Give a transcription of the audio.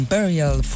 Burial